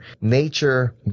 nature